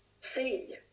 see